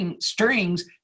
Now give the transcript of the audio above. strings